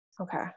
Okay